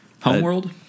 Homeworld